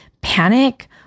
panic